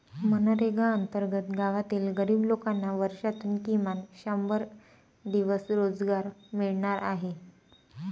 मनरेगा अंतर्गत गावातील गरीब लोकांना वर्षातून किमान शंभर दिवस रोजगार मिळणार आहे